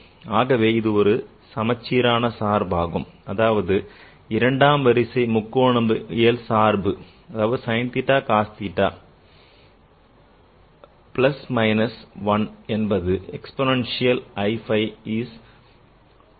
ஆகவே இது ஒரு சமச்சீரான சார்பாகும் - அதாவது இரண்டாம் வரிசை முக்கோணவியல் சார்பு ஆகும் அதாவது - sin theta cos theta ஆனால் plus minus 1 என்பது exponential i phi is plus minus i phi